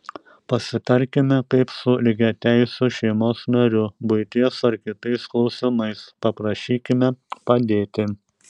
pasitarkime kaip su lygiateisiu šeimos nariu buities ar kitais klausimais paprašykime padėti